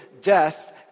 death